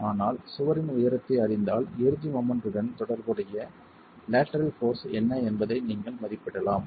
ஆனால் சுவரின் உயரத்தை அறிந்தால் இறுதி மொமெண்ட் உடன் தொடர்புடைய லேட்டரல் போர்ஸ் என்ன என்பதை நீங்கள் மதிப்பிடலாம்